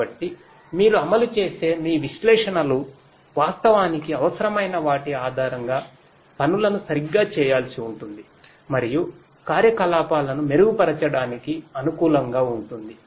కాబట్టి మీరు అమలు చేసే మీ విశ్లేషణలు వాస్తవానికి అవసరమైన వాటి ఆధారంగా పనులను సరిగ్గా చేయాల్సి ఉంటుంది మరియు కార్యకలాపాలను మెరుగుపరచడానికి అనుకూలంగా ఉంటుంది